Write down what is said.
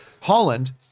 Holland